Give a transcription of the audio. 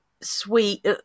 sweet